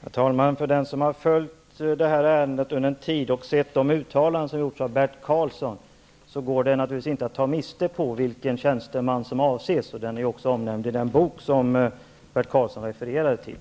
Fru talman! För den som har följt det här ärendet en tid och sett de uttalanden som har gjorts av Bert Karlsson går det naturligvis inte att ta miste på vilken tjänsteman som avses. Denne är också omnämnd i den bok som Bert Karlsson refererade till.